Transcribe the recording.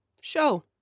show